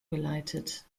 geleitet